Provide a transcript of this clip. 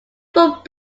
foot